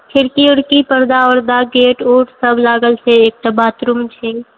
खिड़की विरकी पर्दा वर्दा गेट वूट सब लागल छै एकटा बाथरूम छै